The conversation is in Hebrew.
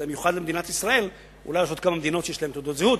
זה מיוחד למדינת ישראל ואולי יש עוד כמה מדינות שיש להן תעודות זהות.